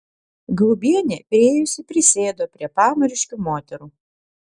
gaubienė priėjusi prisėdo prie pamariškių moterų